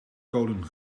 kolen